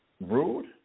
rude